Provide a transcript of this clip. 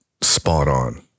spot-on